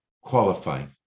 qualifying